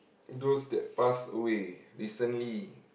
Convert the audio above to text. those that pass away recently